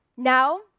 Now